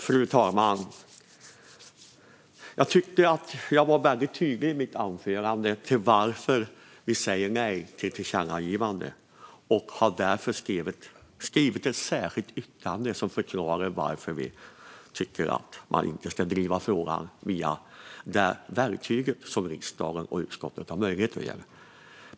Fru talman! Jag tycker att jag var väldigt tydlig i mitt anförande om varför vi säger nej till tillkännagivandet. Vi har också skrivit ett särskilt yttrande där vi förklarar varför vi tycker att man inte ska driva frågan via detta verktyg, som riksdagen och utskottet har möjlighet till.